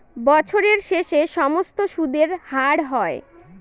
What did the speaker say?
বছরের শেষে সমস্ত সুদের হার হয়